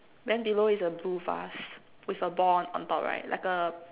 then below is a blue vase with a ball on on top right like a